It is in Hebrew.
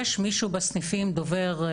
יש מישהו בסניפים דובר,